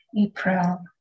April